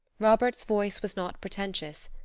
robert's voice was not pretentious.